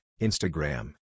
Instagram